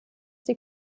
die